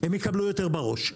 הם יקבלו יותר בראש.